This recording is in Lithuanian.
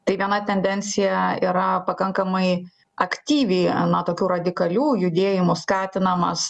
tai viena tendencija yra pakankamai aktyviai na tokių radikalių judėjimų skatinamas